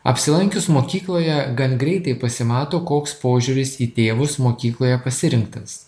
apsilankius mokykloje gan greitai pasimato koks požiūris į tėvus mokykloje pasirinktas